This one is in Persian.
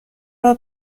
راه